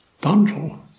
bundle